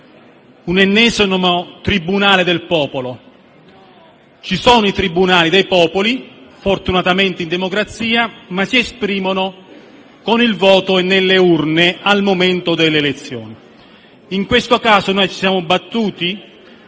un ennesimo tribunale del popolo. Ci sono i tribunali dei popoli fortunatamente in democrazia, ma si esprimono con il voto e nelle urne al momento delle elezioni. In questo caso ci siamo battuti